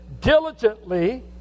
diligently